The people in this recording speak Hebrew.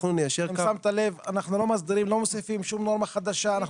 אנחנו מדברים --- צו ההרחבה בשמירה מתייחס לשבוע עבודה בן חמישה ימים.